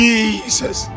Jesus